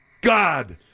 God